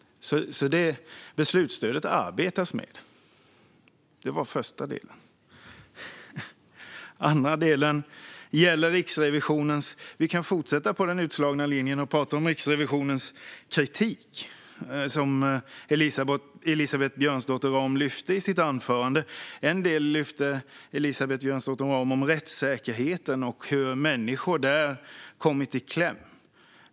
Man arbetar alltså med beslutsstödet. Det var den första delen. Den andra delen gäller Riksrevisionens kritik. Vi kan fortsätta på den inslagna vägen. Elisabeth Björnsdotter Rahm lyfte upp kritiken i sitt anförande. Det gällde bland annat rättssäkerheten och att människor har kommit i kläm.